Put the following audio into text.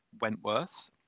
Wentworth